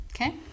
Okay